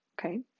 okay